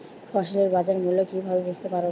ফসলের বাজার মূল্য কিভাবে বুঝতে পারব?